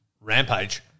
Rampage